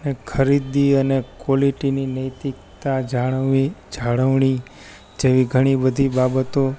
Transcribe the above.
અને ખરીદી અને ક્વોલિટીની નૈતિકતા જાળવવી જાળવણી જેવી ઘણી બધી બાબતો